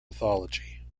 mythology